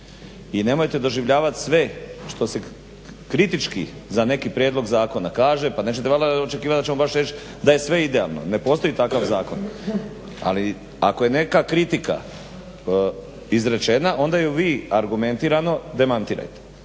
i nemojte doživljavati sve što se kritički za neki prijedlog zakona kaže. Pa nećete valjda očekivati da ćemo baš reć da je sve idealno. Ne postoji takav zakon, ali ako je neka kritika izrečena onda je vi argumentirano demantirajte,